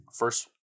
First